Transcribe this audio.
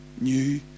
new